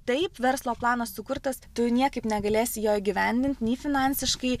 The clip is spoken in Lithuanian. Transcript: taip verslo planas sukurtas tu niekaip negalėsi jo įgyvendint nei finansiškai